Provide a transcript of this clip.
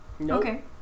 Okay